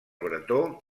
bretó